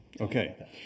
Okay